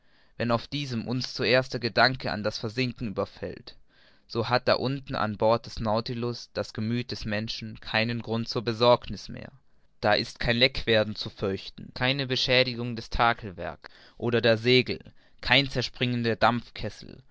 wenn auf diesem uns zuerst der gedanke an das versinken überfällt so hat da unten an bord des nautilus das gemüth des menschen keinen grund zur besorgniß mehr da ist kein leckwerden zu fürchten keine beschädigung des takelwerks oder der segel kein zerspringen der